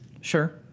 Sure